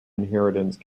inheritance